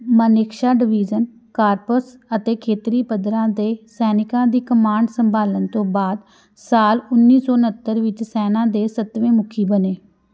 Manekshaw division corps ਅਤੇ ਖੇਤਰੀ ਪੱਧਰਾਂ 'ਤੇ ਸੈਨਿਕਾਂ ਦੀ ਕਮਾਂਡ ਸੰਭਾਲਣ ਤੋਂ ਬਾਅਦ ਸਾਲ ਉੱਨੀ ਸੌ ਉਣੱਹਤਰ ਵਿੱਚ ਸੈਨਾ ਦੇ ਸੱਤਵੇਂ ਮੁਖੀ ਬਣੇ